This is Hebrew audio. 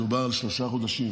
מדובר על שלושה חודשים.